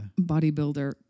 bodybuilder